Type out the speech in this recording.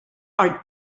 are